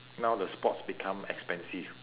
now the sports become expensive